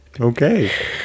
Okay